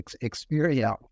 experience